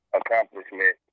accomplishment